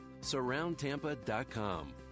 SurroundTampa.com